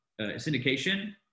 syndication